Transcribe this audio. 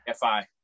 FI